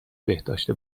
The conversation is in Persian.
بهداشت